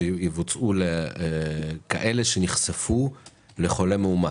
שיבוצעו לכאלה שנחשפו לחולה מאומת.